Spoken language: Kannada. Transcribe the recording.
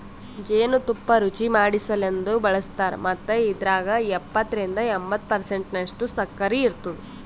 ಜೇನು ತುಪ್ಪ ರುಚಿಮಾಡಸಲೆಂದ್ ಬಳಸ್ತಾರ್ ಮತ್ತ ಇದ್ರಾಗ ಎಪ್ಪತ್ತರಿಂದ ಎಂಬತ್ತು ಪರ್ಸೆಂಟನಷ್ಟು ಸಕ್ಕರಿ ಇರ್ತುದ